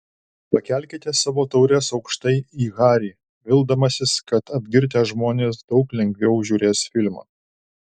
pakelkite savo taures aukštai į harį vildamasis kad apgirtę žmonės daug lengviau žiūrės filmą